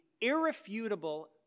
irrefutable